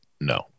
No